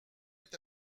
est